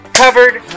Covered